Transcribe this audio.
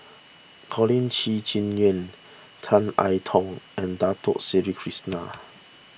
Colin Qi Zhe Quan Tan I Tong and Dato Sri Krishna